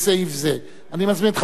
אני מזמין את חבר הכנסת מג'אדלה לבוא